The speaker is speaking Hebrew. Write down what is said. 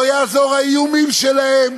לא יעזרו האיומים שלהם,